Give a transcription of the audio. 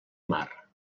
mar